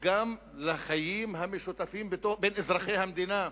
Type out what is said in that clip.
גם לחיים המשותפים בין אזרחי המדינה.